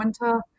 winter